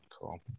Cool